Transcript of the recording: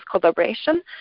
collaboration